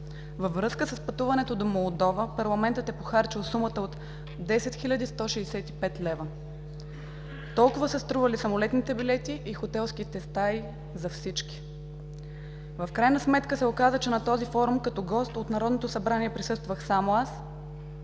Във връзка с пътуването до Молдова парламентът е похарчил сумата от 10 165 лв. Толкова са стрували самолетните билети и хотелските стаи за всички. В крайна сметка се оказа, че на този форум като гост от Народното събрание присъствах само аз.